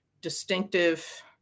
distinctive